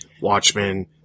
Watchmen